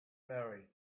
marry